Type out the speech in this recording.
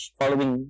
following